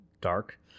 dark